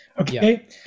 okay